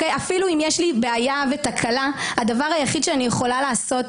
אפילו אם יש לי בעיה ותקלה הדבר היחיד שאני יכולה לעשות